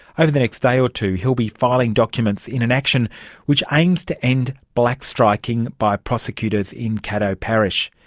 over the next day or two he'll be filing documents in an action which aims to end blackstriking by prosecutors in caddo parish.